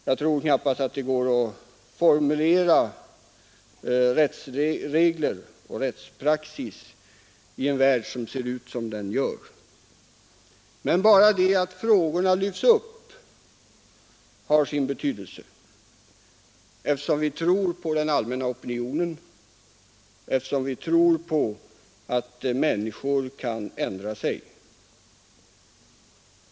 Det är knappast möjligt att formulera sådana rättsregler eller åstadkomma en sådan rättspraxis i en värld som ser ut som den gör. Men enbart det att frågorna lyfts upp har sin betydelse, eftersom vi tror på den allmänna opinionen och eftersom vi tror på att människor kan ändra sig.